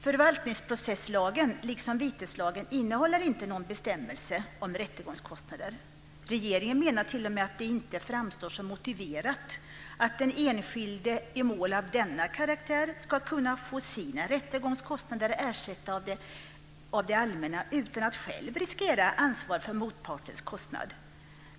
Förvaltningsprocesslagen, liksom viteslagen, innehåller inte någon bestämmelse om rättegångskostnader. Regeringen menar t.o.m. att det inte framstår som motiverat att den enskilde i mål av denna karaktär ska kunna få sina rättegångskostnader ersatta av det allmänna utan att själv riskera ansvar för motpartens kostnad.